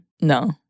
No